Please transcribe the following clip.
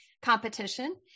competition